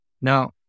Now